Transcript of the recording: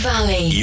Valley